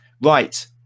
Right